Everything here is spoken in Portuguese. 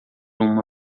uma